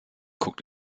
guckt